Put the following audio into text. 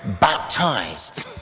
baptized